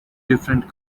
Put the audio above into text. different